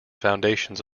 foundations